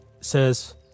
says